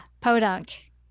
Podunk